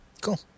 Cool